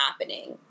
happening